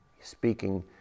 Speaking